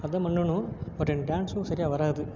அதுதான் பண்ணணும் பட் எனக்கு டான்ஸும் சரியாக வராது